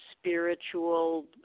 spiritual